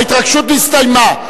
ההתרגשות נסתיימה.